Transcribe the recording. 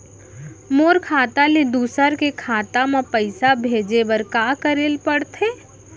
मोर खाता ले दूसर के खाता म पइसा भेजे बर का करेल पढ़थे?